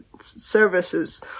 Services